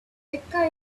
mecca